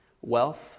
wealth